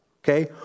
Okay